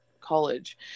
college